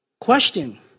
Question